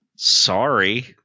Sorry